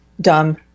dumb